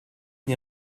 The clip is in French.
une